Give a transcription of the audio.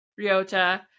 Ryota